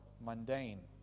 mundane